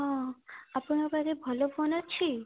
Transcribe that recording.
ହଁ ଆପଣଙ୍କ ପାଖେ ଭଲ ଫୋନ୍ ଅଛି